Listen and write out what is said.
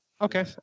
Okay